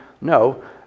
No